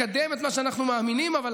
לקדם את מה שאנחנו מאמינים בו,